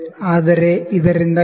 ಆದರೆ ಇದರಿಂದ ಕನಿಷ್ಟ ಎಣಿಕೆ 1 ಮಿ